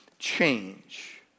Change